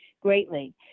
greatly